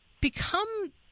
become